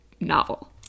novel